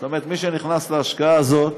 זאת אומרת, מי שנכנס להשקעה הזאת,